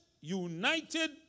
united